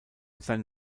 sein